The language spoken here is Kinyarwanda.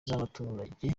z’abaturage